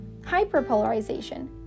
hyperpolarization